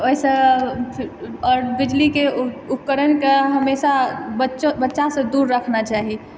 ओहिसँ आओर बिजलीके उपकरणके हमेशा बच्चासँ दूर रखना चाही